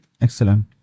Excellent